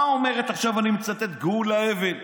מה אומרת גאולה אבן?